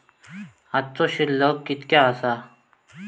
आजचो शिल्लक कीतक्या आसा?